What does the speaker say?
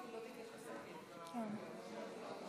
תודה רבה.